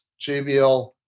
JBL